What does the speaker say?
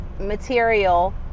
material